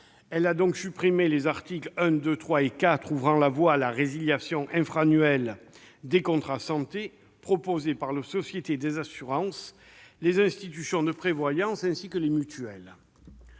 Elle a donc supprimé les articles 1, 2, 3 et 4 ouvrant la voie à la résiliation infra-annuelle des contrats santé proposés par les sociétés d'assurances, les institutions de prévoyance et les mutuelles.